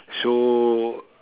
so